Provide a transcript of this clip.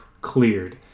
cleared